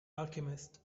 alchemist